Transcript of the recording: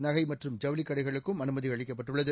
நகை மற்றும் ஜவுளிக் கடைகளுக்கும் அனுமதி அளிக்கப்பட்டுள்ளது